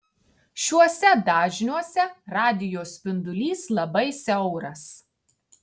šiuose dažniuose radijo spindulys labai siauras